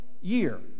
year